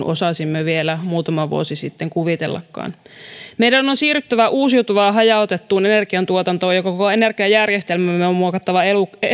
osasimme vielä muutama vuosi sitten kuvitellakaan meidän on siirryttävä uusiutuvaan ja hajautettuun energiantuotantoon ja koko energiajärjestelmämme on muokattava